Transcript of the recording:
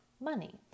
money